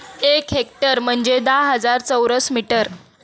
एक हेक्टर म्हणजे दहा हजार चौरस मीटर